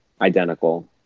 identical